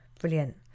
Brilliant